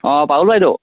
অ পাৰুল বাইদেউ